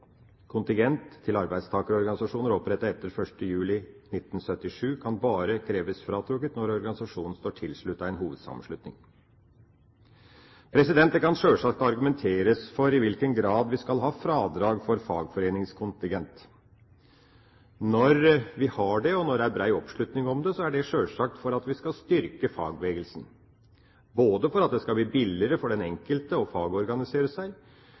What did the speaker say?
Kontingent til arbeidstakerorganisasjoner opprettet etter 1. juli 1977 kan bare kreves fratrukket når organisasjonen står tilsluttet en hovedsammenslutning. Det kan sjølsagt argumenteres for i hvilken grad vi skal ha fradrag for fagforeningskontingent. Når vi har det og det er bred oppslutning om det, er det sjølsagt for at vi skal styrke fagbevegelsen, både for at det skal bli billigere for den enkelte å fagorganisere seg